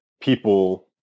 people